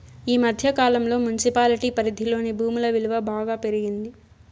ఈ మధ్య కాలంలో మున్సిపాలిటీ పరిధిలోని భూముల విలువ బాగా పెరిగింది